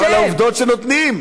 אבל העובדות, שנותנים.